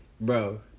Bro